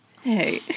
Hey